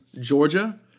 Georgia